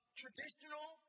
traditional